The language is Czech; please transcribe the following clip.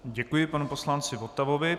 Děkuji panu poslanci Votavovi.